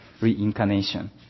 reincarnation